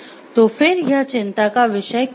तो फिर यह चिंता का विषय क्यों है